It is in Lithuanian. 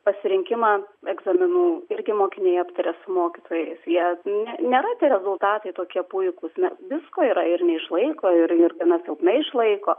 pasirinkimą egzaminų irgi mokiniai aptaria su mokytojais jie ne nėra tie rezultatai tokie puikūs na visko yra ir neišlaiko ir ir gana silpnai išlaiko